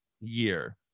year